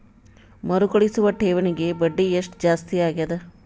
ಮರುಕಳಿಸುವ ಠೇವಣಿಗೆ ಬಡ್ಡಿ ಎಷ್ಟ ಜಾಸ್ತಿ ಆಗೆದ?